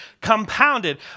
Compounded